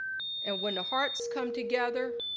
and when the hearts come together,